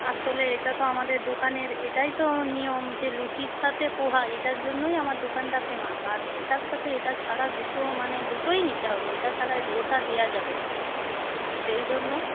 আসলে এটা তো আমাদের দোকানের এটাই তো নিয়ম যে লুচির সাথে পোহা এটার জন্যই আমার দোকানটা ফেমাস আর এটার সাথে এটা ছাড়া দুটো মানে দুটোই নিতে হবে এটা ছাড়া ওটা দেয়া যাবে না সেই জন্য